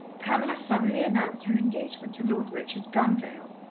pamela suddenly announced her engagement to lord richard gunvale,